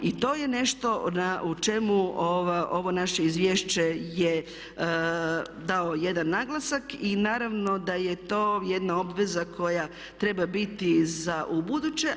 I to je nešto o čemu ovo naše izvješće je dalo jedan naglasak i naravno da je to jedna obveza koja treba biti za ubuduće.